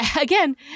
again